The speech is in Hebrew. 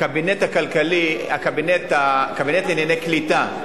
הקבינט לענייני קליטה,